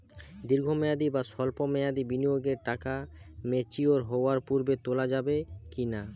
দীর্ঘ মেয়াদি বা সল্প মেয়াদি বিনিয়োগের টাকা ম্যাচিওর হওয়ার পূর্বে তোলা যাবে কি না?